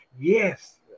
Yes